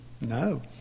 no